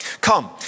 Come